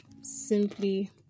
simply